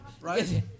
right